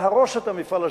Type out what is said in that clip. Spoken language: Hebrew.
להרוס את המפעל הזה,